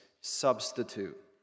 substitute